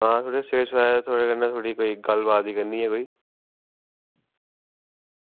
तां छड़ा आक्खा दे की थुआढ़े कन्नै गल्ल बात निं करनी ऐ कोई